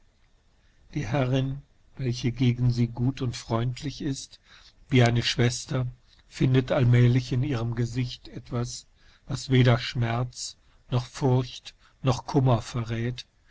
die herrin welche gegen sie gut und freundlich ist wie eine schwester findet allmälig in ihrem gesicht etwas was weder schmerz noch furcht nochkummerverrät